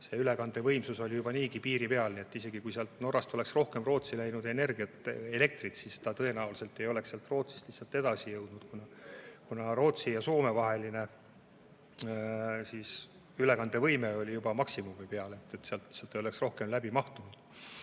see ülekandevõimsus oli juba niigi piiri peal. Nii et isegi kui sealt Norrast oleks rohkem Rootsi läinud energiat, elektrit, siis ta tõenäoliselt ei oleks Rootsist lihtsalt edasi jõudnud, kuna Rootsi ja Soome vaheline ülekandevõime oli juba maksimumi peal, sealt ei oleks rohkem läbi mahtunud.